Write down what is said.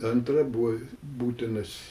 antra buvo būtinas